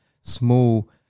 small